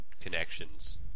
connections